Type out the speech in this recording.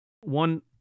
One